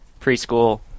preschool